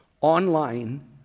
Online